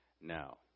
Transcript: now